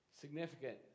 significant